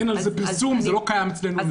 אין על זה פרסום, זה לא קיים אצלנו במגזר.